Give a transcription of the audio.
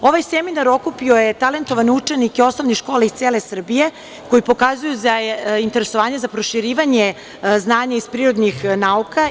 Ovaj seminar okupio je talentovane učenike osnovnih škola iz cele Srbije, koji pokazuju interesovanje za proširivanje znanja iz prirodnih nauka.